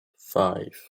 five